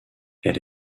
elle